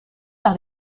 par